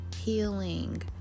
healing